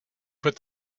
put